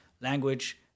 language